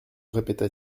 répéta